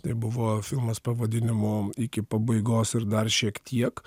tai buvo filmas pavadinimu iki pabaigos ir dar šiek tiek